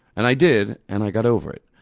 and i did, and i got over it.